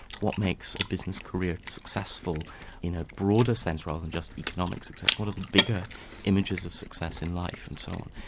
what makes a business career successful in a broader sense rather than just economics what are the bigger images of success in life and so on.